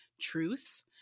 truths